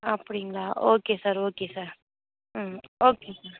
அப்படிங்களா okay sir okay sir hmm okay sir